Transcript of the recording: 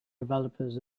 developers